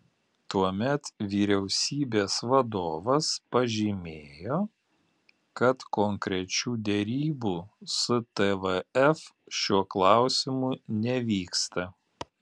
tuomet vyriausybės vadovas pažymėjo kad konkrečių derybų su tvf šiuo klausimu nevyksta